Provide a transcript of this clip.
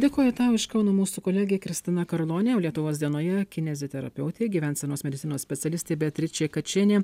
dėkoju tau iš kauno mūsų kolegė kristina karlonė o lietuvos dienoje kineziterapeutė gyvensenos medicinos specialistė beatričė kačėnė